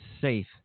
safe